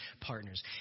partners